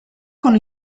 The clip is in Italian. con